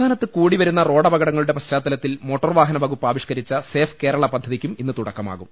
സംസ്ഥാനത്ത് കൂടിവരുന്ന റോഡപകടങ്ങളുടെ പശ്ചാത്തല ത്തിൽ മോട്ടോർവാഹന വകുപ്പ് ആവിഷ്ക്കരിച്ച സേഫ് കേരള പദ്ധതിക്കും ഇന്ന് തുടക്കമാകും